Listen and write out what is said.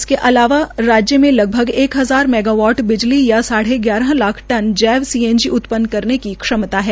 इसके अलावा राज्य में लगभग एक हजार मैगावाट बिजली या साढ़े ग्याहर लाख टन सीएनजी उत्पन्न करने की क्षमता है